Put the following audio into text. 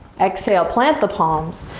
exhale, plant the palms,